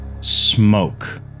smoke